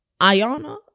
Ayana